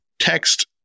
text